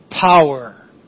power